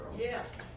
Yes